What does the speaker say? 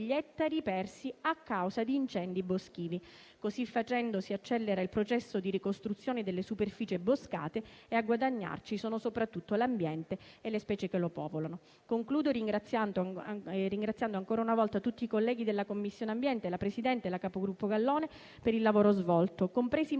ettari persi a causa di incendi boschivi. Così facendo si accelera il processo di ricostruzione delle superfici boscate e a guadagnarci sono soprattutto l'ambiente e le specie che lo popolano. Concludo, ringraziando ancora una volta tutti i colleghi della Commissione ambiente, la presidente, la capogruppo Gallone per il lavoro svolto, compresi i